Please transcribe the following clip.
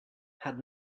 had